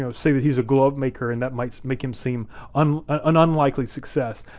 so say that he's a glove maker and that might make him seem um an unlikely success,